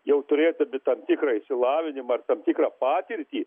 jau turėdami tam tikrą išsilavinimą ar tam tikrą patirtį